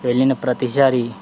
వెళ్ళిన ప్రతిసారి